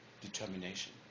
determination